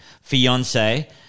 fiance